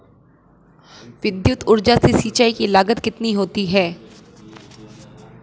विद्युत ऊर्जा से सिंचाई में लागत कितनी होती है?